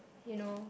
you know